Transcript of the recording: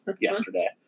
yesterday